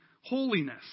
holiness